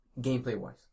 gameplay-wise